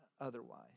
otherwise